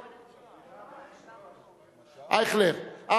התשע"ב 2012,